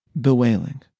bewailing